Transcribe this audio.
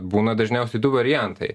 būna dažniausiai du variantai